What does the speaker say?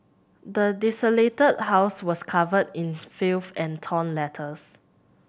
the desolated house was covered in filth and torn letters